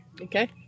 Okay